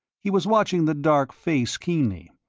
he was watching the dark face keenly,